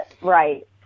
Right